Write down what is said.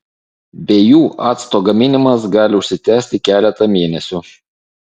be jų acto gaminimas gali užsitęsti keletą mėnesių